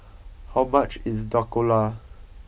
how much is Dhokla